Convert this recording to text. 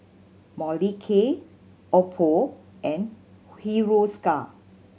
Molicare Oppo and Hiruscar